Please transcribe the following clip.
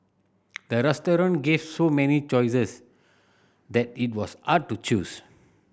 the restaurant gave so many choices that it was hard to choose